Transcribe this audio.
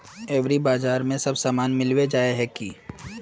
एग्रीबाजार में सब सामान मिलबे जाय है की?